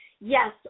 Yes